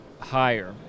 higher